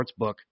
sportsbook